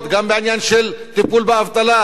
גם בעניין של טיפול באבטלה,